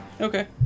Okay